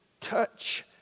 touch